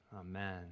Amen